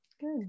good